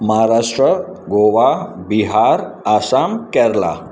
Maharashtra Goa Bihar Assam Kerala